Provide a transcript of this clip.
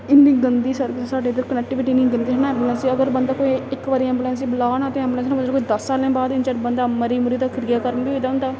इन्नी गंदी सर्विस साढ़े इद्धर कक्टिविटी इन्नी गंदी ना ऐंबुलेंस अगर बंदा कोई इक बारी एऐंबुलेंस गी बला ना ते ऐंबुलेंस कोई दस साल्लें बाद च इन्ने चिर बंदा मरी मुरी दा ओह्दा क्रिया कर्म बी होई गेदा होंदा